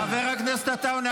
חבר הכנסת עטאונה.